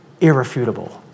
irrefutable